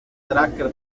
tracker